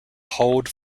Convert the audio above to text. hold